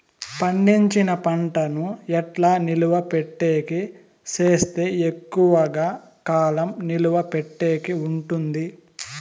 పండించిన పంట ను ఎట్లా నిలువ పెట్టేకి సేస్తే ఎక్కువగా కాలం నిలువ పెట్టేకి ఉంటుంది?